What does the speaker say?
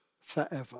forever